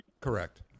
Correct